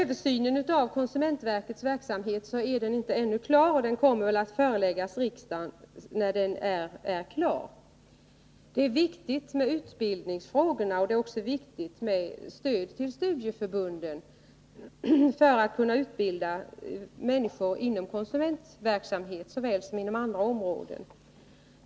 Översynen av konsumentverkets verksamhet är ännu inte klar, men när den är det kommer resultatet att föreläggas riksdagen. Utbildningsfrågorna är viktiga, och det är därför viktigt att studieförbunden får stöd för att kunna utbilda människor inom såväl konsumentverksamhet som inom andra områden.